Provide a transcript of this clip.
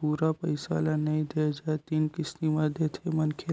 पूरा पइसा ल नइ दे जाए तीन किस्ती म देथे मनखे ल